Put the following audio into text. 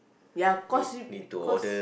ya cause because